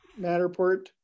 Matterport